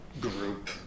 group